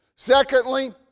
Secondly